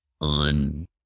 on